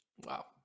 Wow